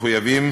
מחויבים